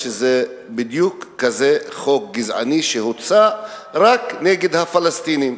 שזה בדיוק כזה חוק גזעני שהוצא רק נגד הפלסטינים.